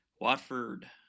Watford